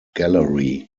gallery